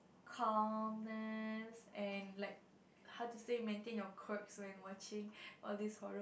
calmness and like how to say maintain your quirks when watching all this horror